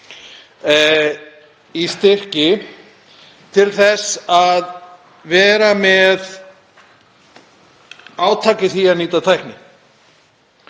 í styrki til að vera með átak í því að nýta tækni.